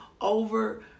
over